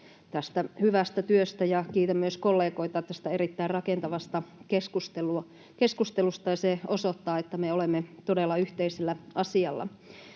tästä hyvästä työstä ja kiitän myös kollegoita tästä erittäin rakentavasta keskustelusta. Se osoittaa, että me olemme todella yhteisellä asialla.